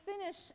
finish